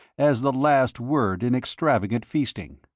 as the last word in extravagant feasting.